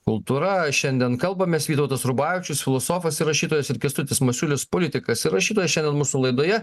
kultūra šiandien kalbamės vytautas rubavičius filosofas rašytojas ir kęstutis masiulis politikas rašytojas šiandien mūsų laidoje